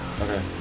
Okay